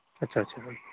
अच्छा